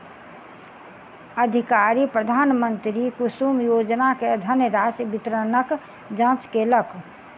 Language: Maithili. अधिकारी प्रधानमंत्री कुसुम योजना के धनराशि वितरणक जांच केलक